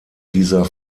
dieser